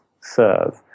serve